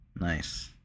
Nice